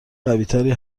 قویتری